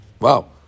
Wow